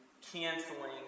canceling